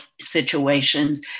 situations